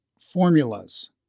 formulas